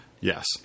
Yes